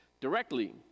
directly